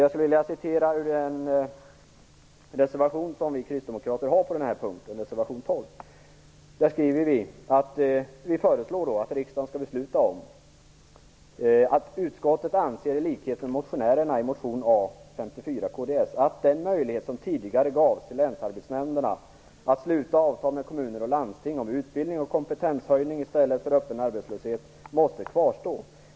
Jag skulle vilja citera ur den kristdemokratiska reservationen på den här punkten, reservation nr 12: A54 att den möjlighet som tidigare gavs till länsarbetsnämnderna att sluta avtal med kommuner och landsting om utbildning och kompetenshöjning i stället för öppen arbetslöshet måste kvarstå.